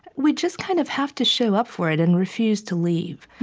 we just kind of have to show up for it and refuse to leave.